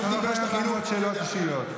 יש לך עוד שש דקות.